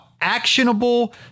actionable